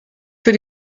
für